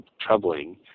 troubling